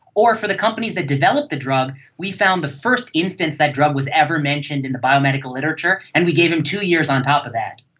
or for the companies that developed the drug we found the first instance that drug was ever mentioned in the biomedical literature and we gave them two years on top of that.